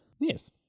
Yes